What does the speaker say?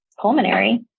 pulmonary